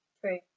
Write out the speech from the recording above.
True